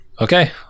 Okay